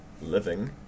living